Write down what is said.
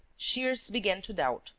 shears began to doubt,